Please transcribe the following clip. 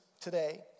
today